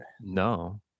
no